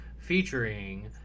Featuring